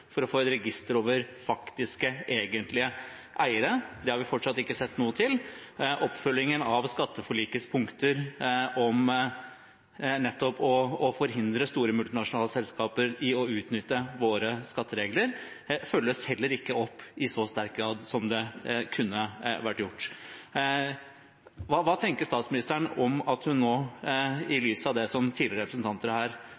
for å få et register over faktiske, egentlige, eiere. Det har vi fortsatt ikke sett noe til. Oppfølgingen av skatteforlikets punkter om nettopp å hindre store multinasjonale selskaper i å utnytte våre skatteregler følges heller ikke opp i så sterk grad som det kunne vært gjort. Hva tenker statsministeren om at hun nå, i lys av det som tidligere representanter her